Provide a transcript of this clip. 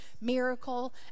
miracle